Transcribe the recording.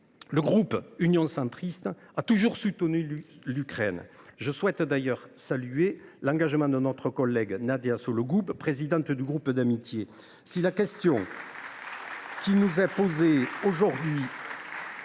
le groupe Union Centriste a toujours soutenu l’Ukraine ; je souhaite d’ailleurs saluer l’engagement de notre collègue Nadia Sollogoub, présidente du groupe d’amitié